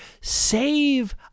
save